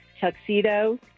tuxedo